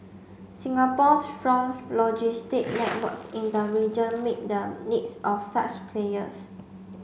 Singapore's strong logistic networks in the region meet the needs of such players